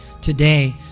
today